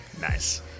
Nice